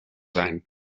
zijn